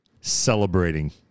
celebrating